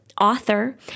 author